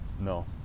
No